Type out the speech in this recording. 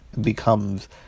becomes